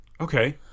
Okay